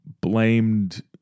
blamed